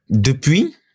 Depuis